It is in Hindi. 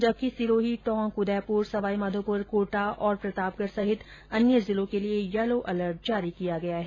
जबकि सिरोही टोंक उदयपुर सवाई माधोपुर कोटा प्रतापगढ समेत अन्य जिलों के लिए येलो अलर्ट जारी किया गया है